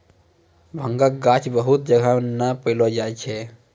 भांगक गाछ बहुत जगह नै पैलो जाय छै